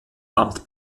amt